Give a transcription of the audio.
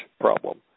problem